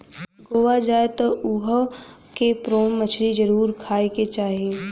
गोवा जाए त उहवा के प्रोन मछरी जरुर खाए के चाही